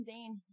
Dane